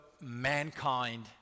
mankind